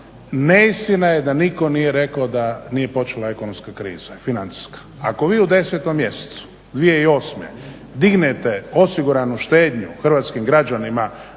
neistina je da nitko nije rekao da nije počela ekonomska kriza, financijska. Ako vi u 10. mjesecu 2008. dignete osiguranu štednju hrvatskim građanima